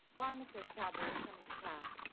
why must those cowboys come into town?